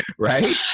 right